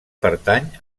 pertany